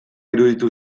iruditu